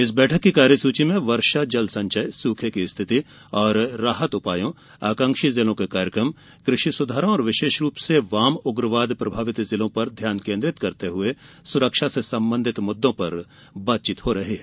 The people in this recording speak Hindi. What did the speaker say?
इस बैठक की कार्यसुची में वर्षा जल संचय सूखे की स्थिति और राहत उपायों आकांक्षी जिलों के कार्यक्रम कृषि सुधारों और विशेष रूप से वाम प्रभावित उग्रवाद वाले जिलों पर ध्यान केन्द्रित करते हुए सुरक्षा से संबंधित मुद्दों पर बातचीत हो रही हैं